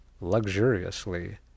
luxuriously